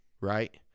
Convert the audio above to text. right